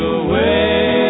away